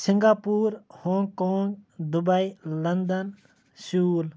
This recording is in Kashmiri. Singapore Hong Kong Dubai London Seoul